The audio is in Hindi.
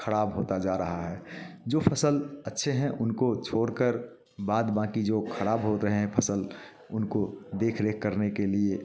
खराब होता जा रहा है जो फसल अच्छे हैं उनको छोड़ कर बाद बाकि जो खराब हो रहें फसल उनको देख रेख करने के लिए